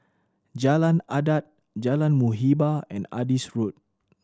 Jalan Adat Jalan Muhibbah and Adis Road